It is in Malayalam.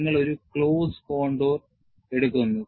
നിങ്ങൾ ഒരു ക്ലോസ്ഡ് കോണ്ടൂർ എടുക്കുന്നു